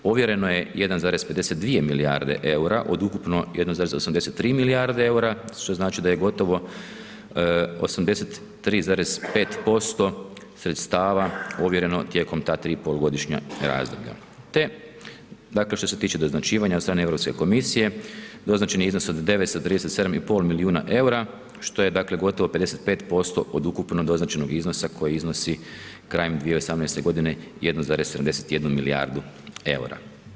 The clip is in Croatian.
Ovjereno je 1,52 milijarde eura od ukupno 1,83 milijarde eura, što znači da je gotovo 83,5% sredstava ovjereno tijekom ta 3 polugodišnja razdoblja te, dakle, što se tiče doznačivanja od strane EU komisije, doznačeni iznos od 937,5 milijuna eura, što je dakle, gotovo 55% od ukupno doznačenog iznosa koji iznosi krajem 2018. g. 1,71 milijardu eura.